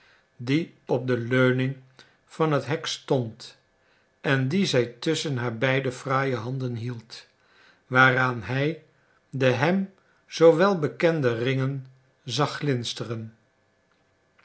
die op de leuning van het hek stond en dien zij tusschen haar beide fraaie handen hield waaraan hij de hem zoo wel bekende ringen zag